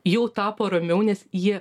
jau tapo ramiau nes jie